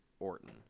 orton